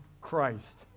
Christ